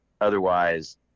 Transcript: Otherwise